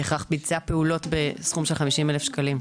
בהכרח ביצע פעולות בסכום של 50,000 שקלים.